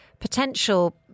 potential